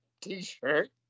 t-shirt